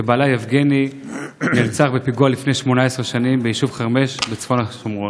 שבעלה יבגני נרצח בפיגוע לפני 18 שנים ביישוב חרמש בצפון השומרון.